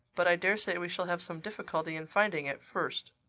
but i daresay we shall have some difficulty in finding it first.